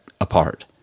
apart